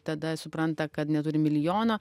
tada supranta kad neturi milijono